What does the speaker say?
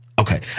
Okay